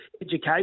education